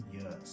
years